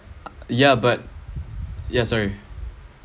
ya but ya sorry